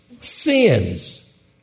Sins